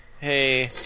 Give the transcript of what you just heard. hey